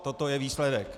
Toto je výsledek.